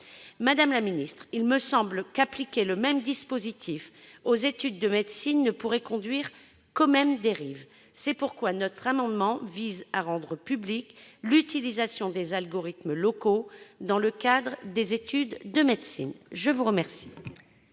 universités. Il me semble qu'appliquer le même dispositif aux études de médecine ne pourrait conduire qu'aux mêmes dérives. C'est la raison pour laquelle notre amendement vise à rendre publique l'utilisation des algorithmes locaux dans le cadre des études de médecine. Quel